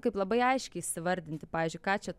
kaip labai aiškiai įvardinti pavyzdžiui ką čia